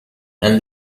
and